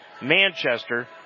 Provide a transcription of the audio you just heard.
Manchester